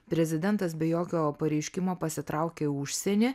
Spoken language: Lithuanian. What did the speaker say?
prezidentas be jokio pareiškimo pasitraukė į užsienį